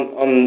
on